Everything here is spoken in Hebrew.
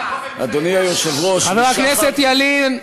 חבר הכנסת ילין,